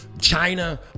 china